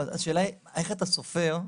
השאלה היא איך אתה סופר?